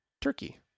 Turkey